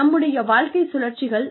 நம்முடைய வாழ்க்கை சுழற்சிகள்